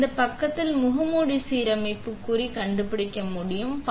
எனவே நாம் இந்த பக்கத்தில் முகமூடி சீரமைப்பு குறி கண்டுபிடிக்க போகிறோம்